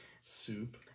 soup